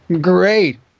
Great